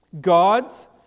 God's